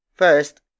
First